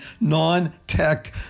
non-tech